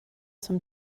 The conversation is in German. zum